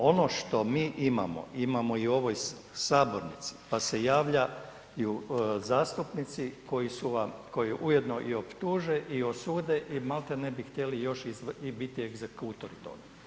Ono što mi imamo, imamo i u ovoj sabornici pa se javljaju zastupnici koji su vam, koji ujedno i optuže i osude i maltene bi htjeli još i biti egzekutor toga.